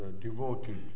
devoted